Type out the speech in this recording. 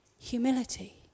Humility